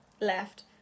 left